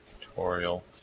tutorial